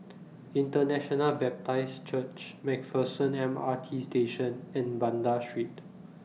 International Baptist Church MacPherson M R T Station and Banda Street